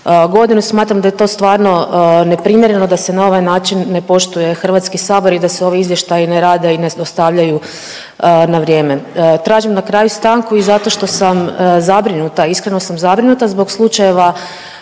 godinu. Smatram da to stvarno neprimjereno da se na ovaj način ne poštuje Hrvatski sabor i da se ovi izvještaji ne rade i ne dostavljaju na vrijeme. Tražim na kraju stanku i zato što sam zabrinuta, iskreno sam zabrinuta zbog slučajeva